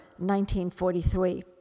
1943